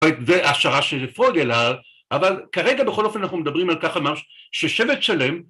והעשרה של פרוגלר, אבל כרגע בכל אופן אנחנו מדברים על כך ששבט שלם